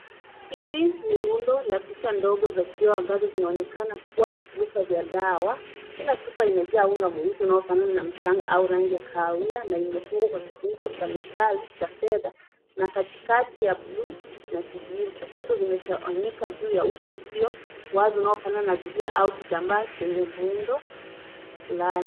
Hili ni rundo la picha ndogo za kioo ambazo zinaonekana kuwa vyupa vya dawa. Kila chupa imejaa unga mweusi unaofanana na mchanga au rangi ya kahawia na imefungwa kwa kifuniko cha metali cha fedha na katikati ya buluu na kijivu . Chupa hizo zimetawanyika juu uso usiowazi unaofanana na zulia ama kitambaa chenye muundo fulani.